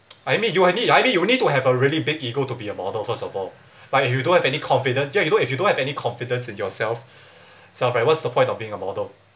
I mean you only I mean you need to have a really big ego to be a model first of all but if you don't have any confidence ya you know if you don't have any confidence in yourself self right what's the point of being a model